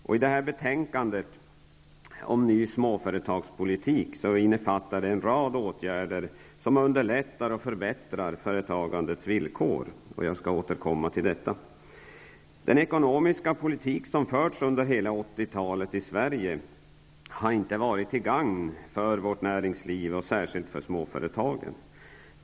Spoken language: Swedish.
Näringsutskottets betänkande Ny småföretagspolitik innefattar en rad åtgärder som underlättar och förbättrar företagandets villkor. Jag skall återkomma till detta. Den ekonomiska politik som förts under hela 80 talet i Sverige har inte varit till gagn för vårt näringsliv, och särskilt inte för småföretagen.